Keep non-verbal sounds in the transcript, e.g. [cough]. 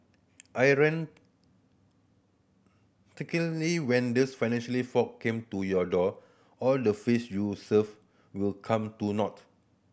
[unintelligible] when these financially folk came to your door all the face you saved will come to naught